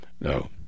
no